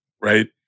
right